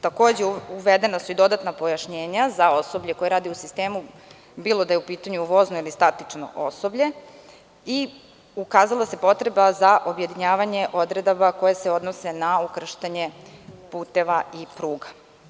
Takođe, uvedena su i dodatna pojašnjenja za osoblje koje radi u sistemu, bilo da je u pitanju vozno ili statično osoblje i ukazala se potreba za objedinjavanje odredaba koje se odnose na ukrštanje puteva i pruga.